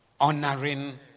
honoring